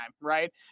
right